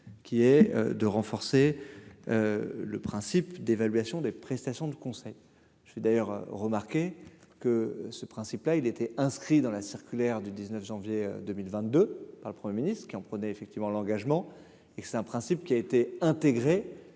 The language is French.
qui est de renforcer le principe d'évaluation des prestations de conseil. Je suis d'ailleurs remarquer que ce principe là il était inscrit dans la circulaire du 19 janvier 2022 par le 1er ministre qui en prenaient effectivement l'engagement et c'est un principe qui a été intégrée